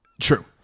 True